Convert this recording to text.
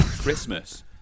Christmas